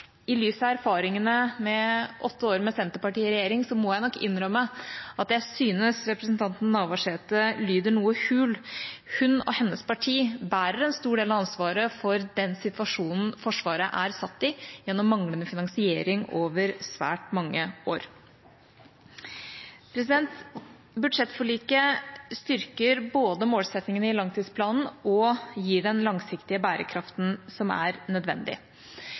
I lys av erfaringene med åtte år med Senterpartiet i regjering, må jeg nok innrømme at jeg syns det representanten Navarsete sier, lyder noe hult. Hun og hennes parti bærer en stor del av ansvaret for den situasjonen Forsvaret er satt i, gjennom manglende finansiering over svært mange år. Budsjettforliket både styrker målsettingene i langtidsplanen og gir den langsiktige bærekraften som er nødvendig.